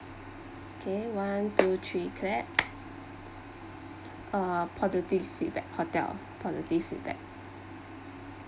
okay one two three clap uh positive feedback hotel positive feedback